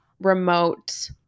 remote